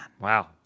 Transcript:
Wow